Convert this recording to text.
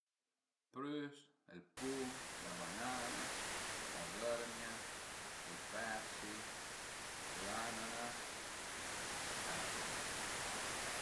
Ël prüs, ël pum, la banana, la bërgna, ël persi, l'ananas, e bon sai pa